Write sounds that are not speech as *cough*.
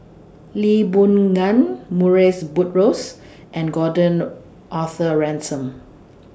Lee Boon Ngan Murrays Buttrose and Gordon *hesitation* Arthur Ransome